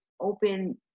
open